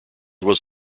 was